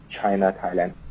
China-Thailand